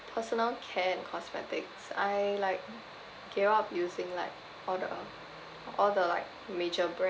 personal care and cosmetics I like gave up using like all the all the like major brand